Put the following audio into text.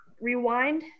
Rewind